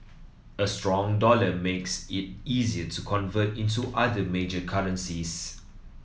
a strong dollar makes it easier to convert into other major currencies